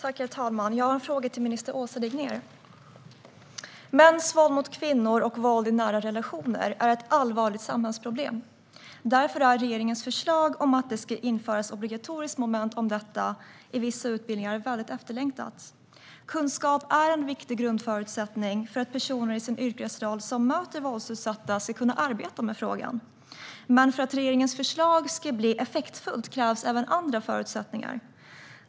Herr talman! Jag har en fråga till minister Åsa Regnér. Mäns våld mot kvinnor och våld i nära relationer är allvarliga samhällsproblem. Därför är regeringens förslag om att ett obligatoriskt moment om detta ska införas på vissa utbildningar efterlängtat. Kunskap är en viktig grundförutsättning för att personer som möter våldsutsatta i sin yrkesroll ska kunna arbeta med frågan. För att regeringens förslag ska bli effektfullt krävs dock även andra förutsättningar.